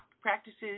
practices